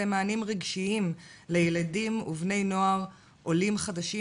מענים רגשיים לילדים ובני נוער עולים חדשים,